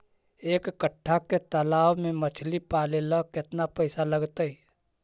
एक कट्ठा के तालाब में मछली पाले ल केतना पैसा लगतै?